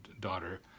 daughter